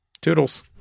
Toodles